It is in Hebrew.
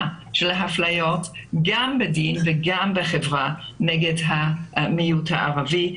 סוגי האפליות השונות נגד המיעוט הערבי.